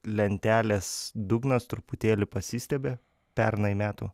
lentelės dugnas truputėlį pasistiebė pernai metų